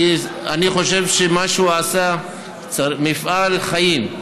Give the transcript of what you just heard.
אני חושב שמה שהוא עשה זה מפעל חיים.